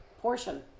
portion